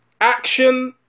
action